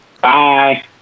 Bye